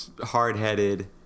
hard-headed